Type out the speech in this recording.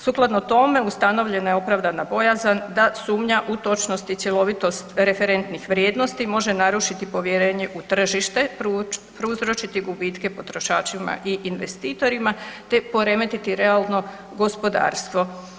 Sukladno tome, ustanovljena je opravdana bojazan da sumnja u točnost i cjelovitost referentnih vrijednosti može narušiti povjerenje u tržište, prouzročiti gubitke potrošačima i investitorima te poremetiti realno gospodarstvo.